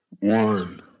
one